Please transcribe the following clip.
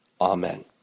amen